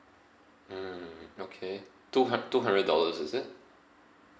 mm okay two hun~ two hundred dollars is it